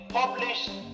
published